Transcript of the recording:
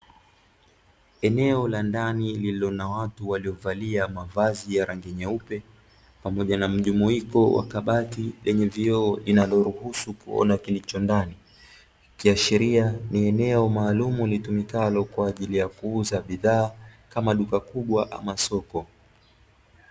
Eneo la ndani lililo na watu waliovalia mavazi ya rangi nyeupe, pamoja na mjumuiko wa kabati lenye vioo inayoruhusu kuona kilicho ndani, ikiashiria ni eneo maalumu litumikalo kwa ajili ya kuuza bidhaa, kama duka kubwa ama soko.